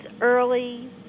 early